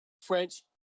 French